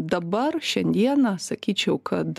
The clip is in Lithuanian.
dabar šiandieną sakyčiau kad